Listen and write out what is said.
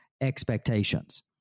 expectations